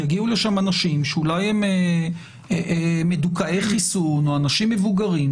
יגיעו לשם אנשים שאולי הם מדוכאי חיסון או אנשים מבוגרים,